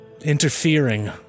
interfering